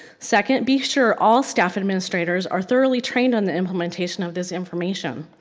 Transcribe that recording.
second, be sure all staff administrators are thoroughly trained on the implementation of this information.